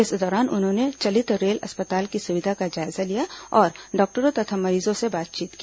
इस दौरान उन्होंने चलित रेल अस्पताल की सुविधा का जायजा लिया और डॉक्टरों तथा मरीजों से बातचीत की